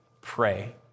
pray